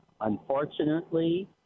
Unfortunately